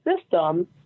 system